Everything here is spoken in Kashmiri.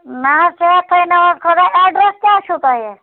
نہ حظ صحت تھٲنو حظ خداے ایٚڈرَس کیٛاہ چھُو تۄہہِ